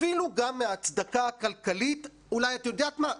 אפילו גם מההצדקה הכלכלית, את יודעת מה?